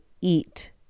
eat